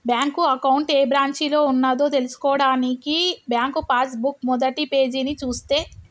bank account ఏ బ్రాంచిలో ఉన్నదో తెల్సుకోవడానికి బ్యాంకు పాస్ బుక్ మొదటిపేజీని చూస్తే